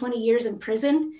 twenty years in prison